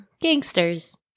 Gangsters